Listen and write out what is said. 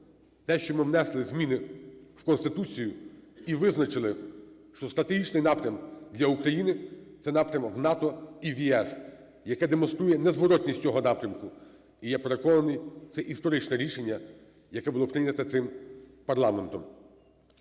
те, що ми внесли зміни в Конституцію і визначили, що стратегічний напрям для України - це напрям в НАТО і в ЄС, яке демонструє незворотність цього напрямку. І, я переконаний, це історичне рішення, яке було прийнято цим парламентом.